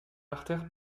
artère